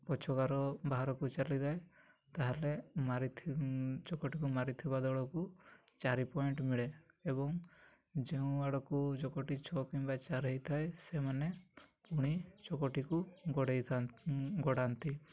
ପଛ ଗାର ବାହାରକୁ ଚାଲିଯାଏ ତା'ହେଲେ ଚକଟିକୁ ମାରିଥିବା ଦଳକୁ ଚାରି ପଏଣ୍ଟ ମିଳେ ଏବଂ ଯେଉଁ ଆଡ଼କୁ ଚକଟି ଛଅ କିମ୍ବା ଚାରି ହେଇଥାଏ ସେମାନେ ପୁଣି ଚକଟିକୁ ଗୋଡ଼େଇଥାନ୍ତି ଗଡ଼ାନ୍ତି